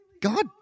God